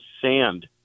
sand